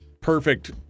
perfect